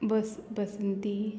बस बसंती